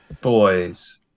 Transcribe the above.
boys